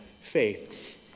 faith